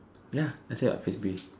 ya I say what Frisbee